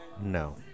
No